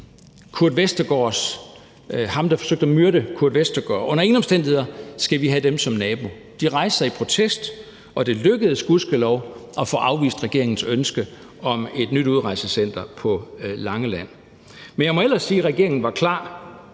voldtægtsmænd, og ham, der forsøgte at myrde Kurt Westergaard, som naboer. De rejste sig i protest, og det lykkedes gudskelov at få afvist regeringens ønske om et nyt udrejsecenter på Langeland. Kl. 11:43 Men jeg må ellers sige, at regeringen var klar